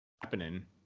happening